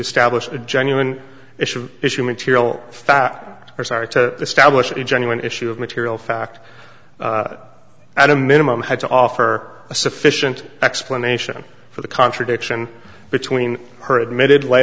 establish a genuine issue issue material fact or start to stablish a genuine issue of material fact at a minimum had to offer a sufficient explanation for the contradiction between her admitted lay